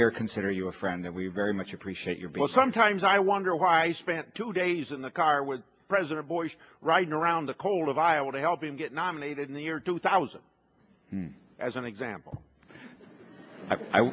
here consider you a friend that we very much appreciate your book sometimes i wonder why spent two days in the car would present a voice right around the cola vial to help him get nominated in the year two thousand as an example i